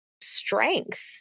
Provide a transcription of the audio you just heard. strength